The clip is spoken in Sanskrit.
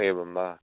एवं वा